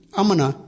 amana